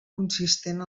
consistent